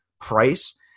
price